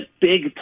big